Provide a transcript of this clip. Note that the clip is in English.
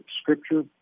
scripture